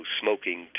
smoking